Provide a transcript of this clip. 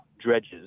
dredges